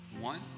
One